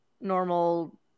normal